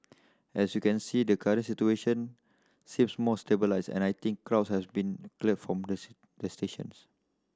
as you can see the current situation seems more stabilised and I think crowds has been cleared from the the stations